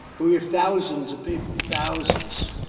but we have thousands of people. thousands.